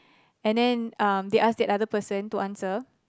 and then um they ask that other person to answer